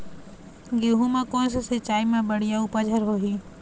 गेहूं म कोन से सिचाई म बड़िया उपज हर होही?